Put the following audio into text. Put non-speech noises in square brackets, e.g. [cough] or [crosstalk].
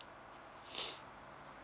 [breath]